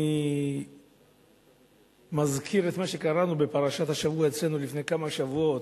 אני מזכיר את מה שקראנו בפרשת השבוע לפני כמה שבועות.